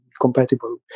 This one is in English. compatible